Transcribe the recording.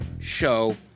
show